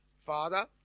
father